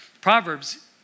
Proverbs